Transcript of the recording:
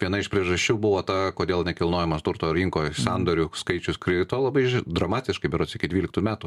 viena iš priežasčių buvo ta kodėl nekilnojamo turto rinkoj sandorių skaičius krito labai dramatiškai berods iki dvyliktų metų